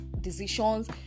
decisions